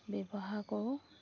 ব্যৱহাৰ কৰোঁ